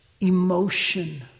emotion